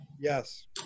Yes